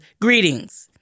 greetings